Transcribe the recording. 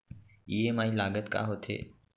EMI लागत का होथे?